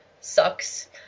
sucks